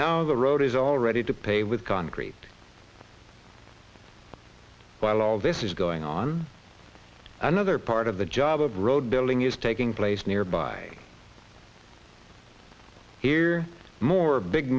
now the road is already to pay with concrete while all this is going on another part of the job of road building is taking place nearby here more big